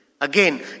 Again